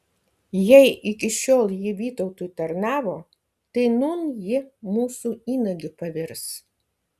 jei iki šiol ji vytautui tarnavo tai nūn ji mūsų įnagiu pavirs